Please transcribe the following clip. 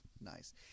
Nice